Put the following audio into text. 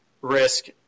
risk